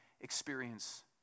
experience